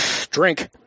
Drink